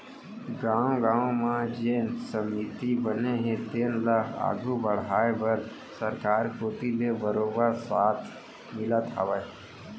गाँव गाँव म जेन समिति बने हे तेन ल आघू बड़हाय बर सरकार कोती ले बरोबर साथ मिलत हावय